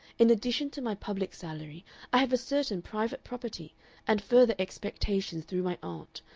in addition to my public salary i have a certain private property and further expectations through my aunt,